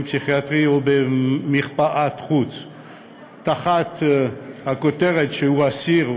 פסיכיאטרי או במרפאת-חוץ תחת הכותרת שהוא אסיר,